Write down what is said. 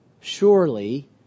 Surely